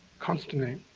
constantly.